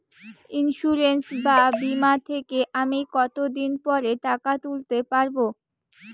Insurance বা বিমা থেকে আমি কত দিন পরে টাকা তুলতে পারব?